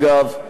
אגב,